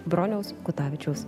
broniaus kutavičiaus